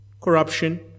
corruption